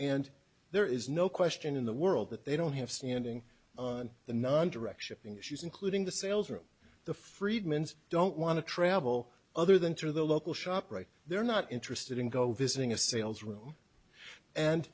and there is no question in the world that they don't have standing on the non directional in the shoes including the sales or the freedman's don't want to travel other than through the local shop right there not interested in go visiting a sales room and